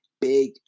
big